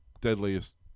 deadliest